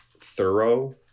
thorough